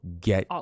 get